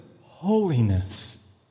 holiness